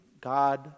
God